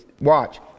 Watch